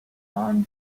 anne